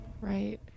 Right